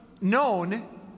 Known